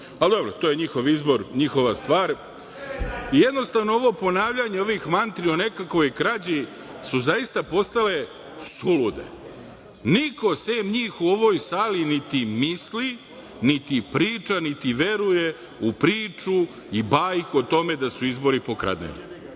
Ali, dobro to je njihov izbor, njihova stvar. Jednostavno ovo ponavljanje ovih mantri o nekakvoj krađi su zaista postale sulude, niko sem njih u ovoj sali niti misli niti priča niti veruje u priču i bajku o tome da su izbori pokradeni.